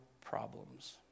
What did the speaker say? problems